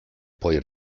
poi